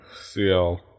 CL